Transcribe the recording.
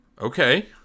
Okay